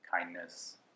kindness